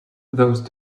those